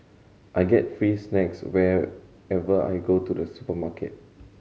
I get free snacks whenever I go to the supermarket